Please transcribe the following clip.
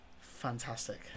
Fantastic